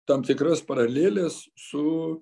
tam tikras paraleles su